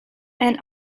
and